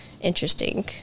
interesting